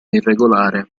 irregolare